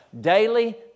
daily